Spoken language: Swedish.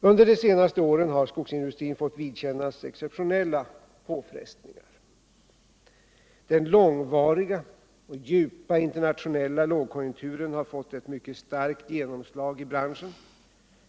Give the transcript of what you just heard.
Under de senaste åren har skogsindustrin fått vidkännas exceptionella påfrestningar. Den långvariga och djupa internationella lågkonjunkturen har fått ett mycket starkt genomslag i branschen.